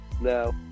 No